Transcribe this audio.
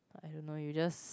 I don't know you just